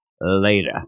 later